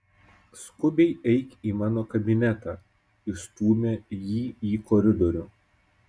skubiai eik į mano kabinetą išstūmė jį į koridorių